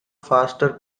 faster